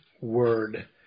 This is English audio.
word